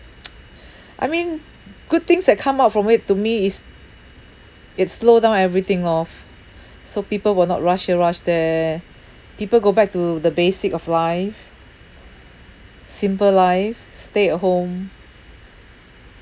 I mean good things that come out from it to me is it slow down everything lor f~ so people will not rush here rush there people go back to the basic of life simple life stay at home